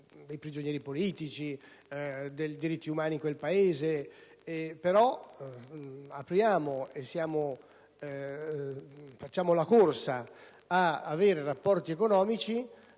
dei prigionieri politici e dei diritti umani in quel Paese, facciamo però la corsa ad avere rapporti economici